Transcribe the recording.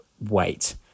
wait